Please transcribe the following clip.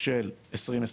של 2021,